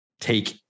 take